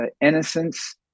innocence